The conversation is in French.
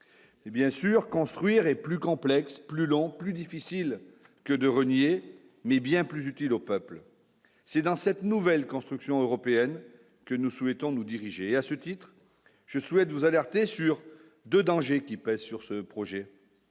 et bien sûr construire et plus complexe, plus long, plus difficile que de renier mais bien plus utile au peuple, c'est dans cette nouvelle construction européenne que nous souhaitons nous diriger et à ce titre, je souhaite vous alerter sur 2 dangers qui pèsent sur ce projet